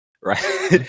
Right